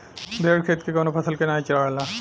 भेड़ खेत के कवनो फसल के नाही चरला